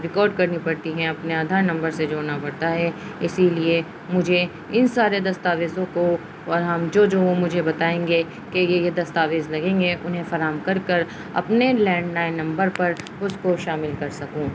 record کرنی پڑتی ہیں اپنے آدھار نمبر سے جوڑنا پڑتا ہے اسی لیے مجھے ان سارے دستاویزوں کو اور ہم جو جو مجھے بتائیں گے کہ یہ یہ دستاویز لگیں گے انہیں فراہم کر کر اپنے لینڈلائن نمبر پر اس کو شامل کر سکوں